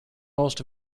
most